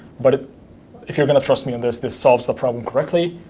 but if you're going to trust me on this, this solves the problem correctly,